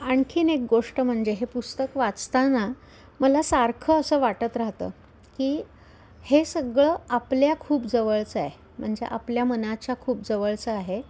आणखीन एक गोष्ट म्हणजे हे पुस्तक वाचताना मला सारखं असं वाटत राहतं की हे सगळं आपल्या खूप जवळचं आहे म्हणजे आपल्या मनाच्या खूप जवळचं आहे